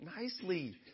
nicely